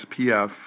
SPF